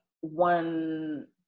one